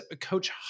coach